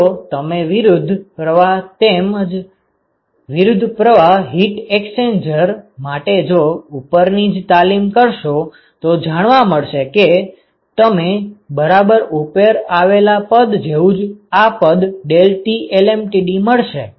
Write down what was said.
જો તમે વિરુદ્ધ પ્રવાહ તેમ જ વિરુદ્ધ પ્રવાહ હીટ એક્સ્ચેન્જર માટે જો ઉપરની જ તાલીમ કરશો તો જાણવા મળશે કે તમે બરાબર ઉપર આવેલા પદ જેવું જ આ પદ ΔTlmtd મળશે